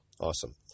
Awesome